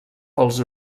els